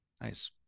Nice